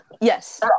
Yes